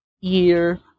year